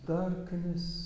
darkness